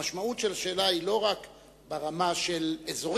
המשמעות של השאלה היא לא רק ברמה אזורית,